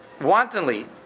wantonly